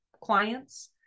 clients